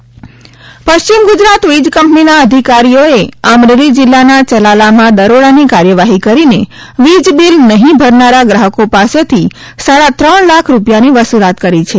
વીજ જોડાણ અમરેલી પશ્ચિમ ગુજરાત વીજ કંપનીના અધિકારીઓએ અમરેલી જીલ્લાના ચલાલામાં દરોડાની કાર્યવાહી કરીને વીજબીલ નહિ ભરનાર ગ્રાહકો પાસેથી સાડા ત્રણ લાખ રૂપિયાની વસૂલાત કરી છે